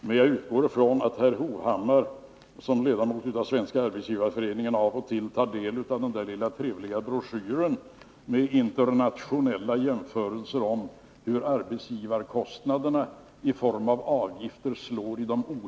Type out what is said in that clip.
Men jag utgår från att herr Hovhammar som ledamot av Svenska arbetsgivareföreningen av och till tar del av en viss liten trevlig broschyr med internationella jämförelser beträffande hur arbetsgivarkostnaderna i form av avgifter slår i olika länder.